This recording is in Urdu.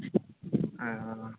ہاں